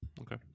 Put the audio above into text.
Okay